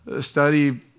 study